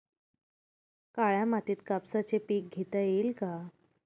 काळ्या मातीत कापसाचे पीक घेता येईल का?